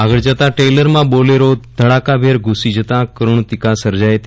આગળ જતા દ્રેઈલર માં બોલેરો ધડાકાભેર ધુસી જતા કરૂણાંતીકા સર્જાઈ ફતી